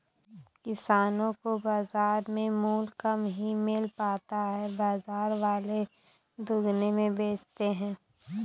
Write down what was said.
किसानो को बाजार में मूल्य कम ही मिल पाता है बाजार वाले दुगुने में बेचते है